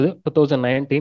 2019